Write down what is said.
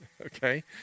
okay